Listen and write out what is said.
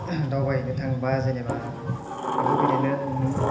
दावबायहैनो थाङोबा जेनेबा बेफोरबायदिनो नों